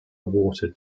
water